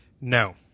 No